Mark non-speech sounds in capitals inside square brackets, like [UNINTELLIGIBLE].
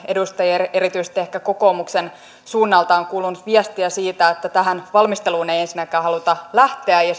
edustajilta erityisesti ehkä kokoomuksen suunnalta on kuulunut viestiä siitä että tähän valmisteluun ei ensinnäkään haluta lähteä ja [UNINTELLIGIBLE]